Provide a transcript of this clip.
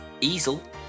easel